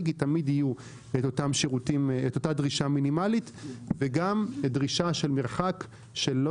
כי תמיד תהיה אותה דרישה מינימלית וגם דרישה של מרחק של לא